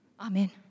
Amen